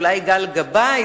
אולי גל גבאי,